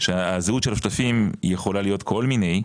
שהזהות של השותפים יכולה להיות כל מיני,